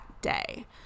day